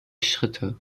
schritte